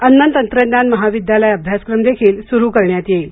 अन्नतंत्रज्ञान महाविद्यालय अभ्यासक्रम देखील सुरु करण्यात येईल